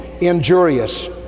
injurious